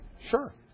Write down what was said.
Sure